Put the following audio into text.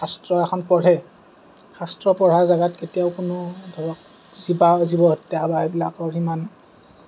শাস্ত্ৰ এখন পঢ়ে শাস্ত্ৰ পঢ়া জেগাত কেতিয়াও কোনো ধৰক জীৱ হত্যা বা এইবিলাক সিমান